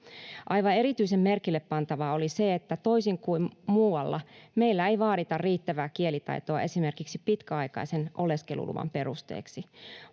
Aivan erityisen merkillepantavaa oli se, että toisin kuin muualla, meillä ei vaadita riittävää kielitaitoa esimerkiksi pitkäaikaisen oleskeluluvan perusteeksi.